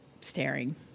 staring